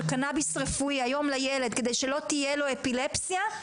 קנאביס רפואי כדי שלא תהיה לו אפילפסיה,